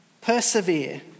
persevere